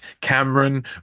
Cameron